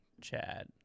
Chad